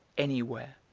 any where,